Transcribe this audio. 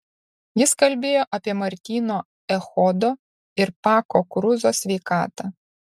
jis kalbėjo apie martyno echodo ir pako kruzo sveikatą